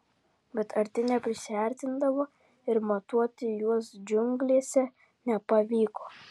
bet arti neprisiartindavo ir matuoti juos džiunglėse nepavyko